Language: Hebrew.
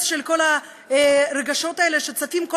לנוכח הפרץ של כל הרגשות האלה שצפים כל